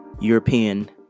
European